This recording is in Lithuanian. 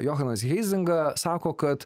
johanas heizinga sako kad